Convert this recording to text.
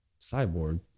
Cyborg